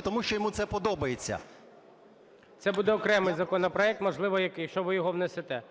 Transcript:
тому що йому це подобається. ГОЛОВУЮЧИЙ. Це буде окремий законопроект, можливо… якщо ви його внесете.